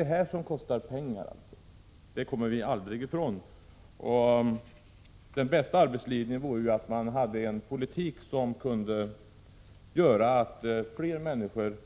Det är detta som kostar pengar — det kommer vi aldrig ifrån. Den allra bästa arbetslinjen vore en politik som ledde till att fler människor